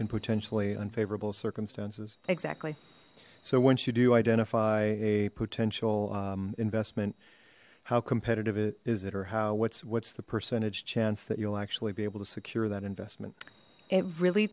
and potentially unfavorable circumstances exactly so once you do identify a potential investment how competitive is it or how what's what's the percentage chance that you'll actually be able to secure that investment it really